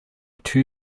two